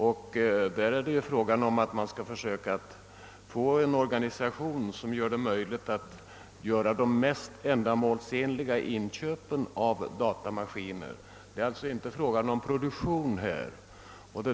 Det gäller därvidlag att försöka få till stånd en organisation som möjliggör de mest ändamålsenliga inköpen av datamaskiner. Det är alltså inte fråga om någon produktionsverksamhet.